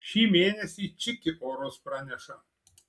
šį mėnesį čiki orus praneša